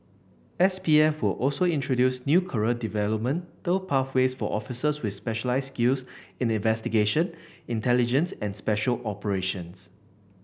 S P F will also introduce new career developmental pathways for officers with specialised skills in investigation intelligence and special operations